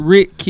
Rick